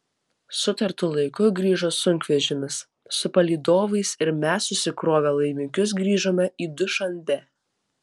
sutartu laiku grįžo sunkvežimis su palydovais ir mes susikrovę laimikius grįžome į dušanbę